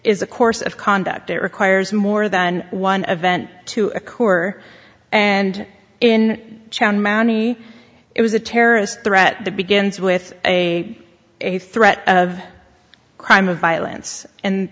is a course of conduct it requires more than one of vent to occur and in chan mannie it was a terrorist threat that begins with a a threat of crime of violence and